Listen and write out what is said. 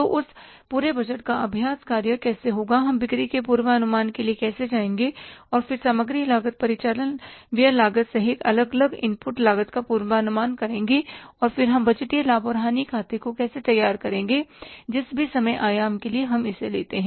तो उस पूरे बजट का अभ्यास कार्य कैसे होगा हम बिक्री के पूर्वानुमान के लिए कैसे जाएंगे और फिर सामग्री लागत परिचालन व्यय लागत सहित अलग अलग इनपुट लागत का पूर्वानुमान करेंगे और फिर हम बजटीय लाभ और हानि खाते को कैसे तैयार करेंगेजिस भी समय आयाम के लिए हम लेते हैं